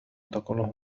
تقوله